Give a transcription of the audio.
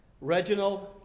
Reginald